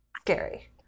scary